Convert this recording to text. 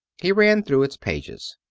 he ran through its pages.